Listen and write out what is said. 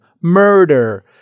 murder